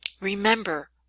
Remember